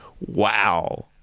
wow